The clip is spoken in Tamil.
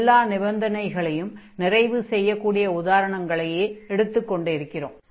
எல்லாம் நிபந்தனைகளையும் நிறைவு செய்யக் கூடிய உதாரணங்களையே எடுத்துக் கொண்டிருக்கிறோம்